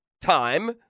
time